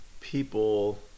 people